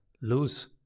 lose